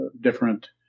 different